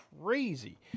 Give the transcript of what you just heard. crazy